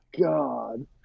God